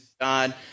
God